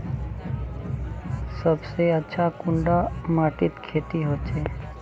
सबसे अच्छा कुंडा माटित खेती होचे?